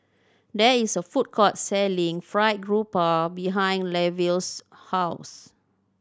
there is a food court selling Fried Garoupa behind Lavelle's house